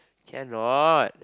cannot